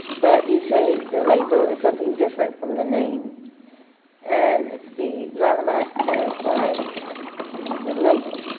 but you say the label is something different from the name and the lanham act can apply to the label.